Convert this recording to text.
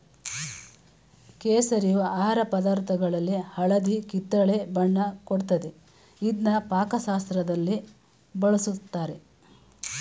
ಕೇಸರಿಯು ಆಹಾರ ಪದಾರ್ಥದಲ್ಲಿ ಹಳದಿ ಕಿತ್ತಳೆ ಬಣ್ಣ ಕೊಡ್ತದೆ ಇದ್ನ ಪಾಕಶಾಸ್ತ್ರದಲ್ಲಿ ಬಳುಸ್ತಾರೆ